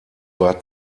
war